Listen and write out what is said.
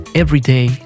everyday